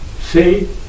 see